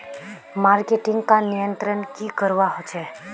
Marketing का नियंत्रण की करवा होचे?